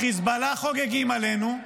החיזבאללה חוגגים עלינו.